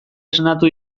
esnatu